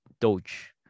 doge